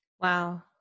Wow